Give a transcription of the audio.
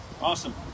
awesome